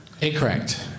Incorrect